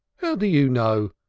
do you know?